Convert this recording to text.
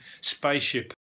spaceship